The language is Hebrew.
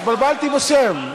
התבלבלתי בשם.